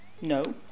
No